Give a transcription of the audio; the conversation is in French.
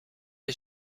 les